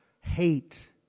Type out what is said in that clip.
hate